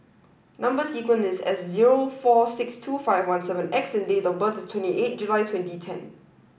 number sequence is S zero four six two five one seven X and date of birth is twenty eight July twenty ten